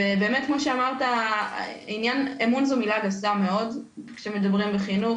ובאמת כמו שאמרת אמון זו מילה גסה מאוד כשמדברים על חינוך,